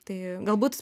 tai galbūt